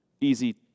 easy